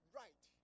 right